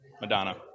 Madonna